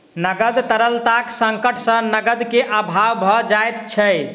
नकद तरलताक संकट सॅ नकद के अभाव भ जाइत छै